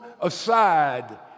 aside